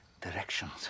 Directions